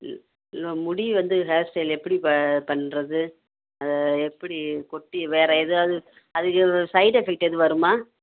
இ இல்லை முடி வந்து ஹேர் ஸ்டைல் எப்படி ப பண்ணுறது அதை எப்படி கொட்டி வேற எதாவது அதுக்கு சைட் எஃபக்ட் எதுவும் வருமா